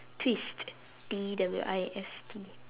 twist T W I S T